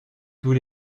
tous